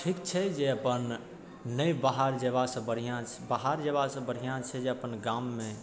ठीक छै जे अपन नहि बाहर जेबासँ बढ़िआँ बाहर जेबासँ बढ़िआँ छै जे अपन गाममे